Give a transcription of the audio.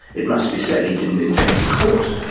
it must be said he didn't intend to be caught.